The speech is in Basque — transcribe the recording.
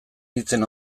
nintzen